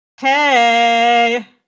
Hey